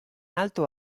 alto